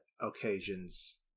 occasions